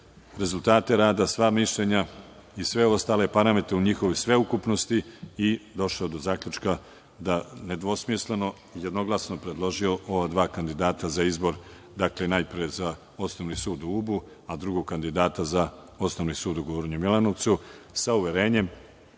rezultate rada, sva mišljenja i sve ostale parametre u njihovoj sveukupnosti, došao je do zaključka da nedvosmisleno, jednoglasno predloži ova dva kandidata za izbor za Osnovni sud u Ubu, a drugog za Osnovni sud u Gornjem Milanovcu, sa uverenjem